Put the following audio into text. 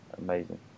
Amazing